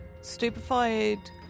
stupefied